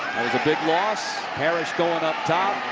was a big loss. parrish going up top.